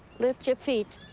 lift your feet.